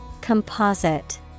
Composite